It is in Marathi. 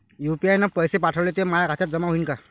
यू.पी.आय न पैसे पाठवले, ते माया खात्यात जमा होईन का?